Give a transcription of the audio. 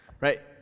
Right